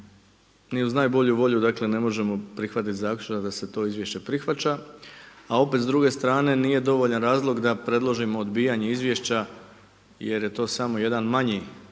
ni uz najbolju volju dakle ne možemo prihvatiti zaključak da se to izvješće prihvaća, a opet s druge strane, nije dovoljan razlog da predložimo odbijanje izvješća jer je to samo jedan manji ali na